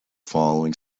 following